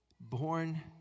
born